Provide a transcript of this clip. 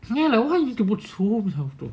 and ya like what you